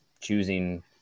choosing